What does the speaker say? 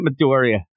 Midoriya